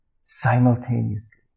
simultaneously